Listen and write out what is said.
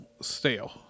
Stale